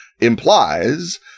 implies